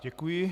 Děkuji.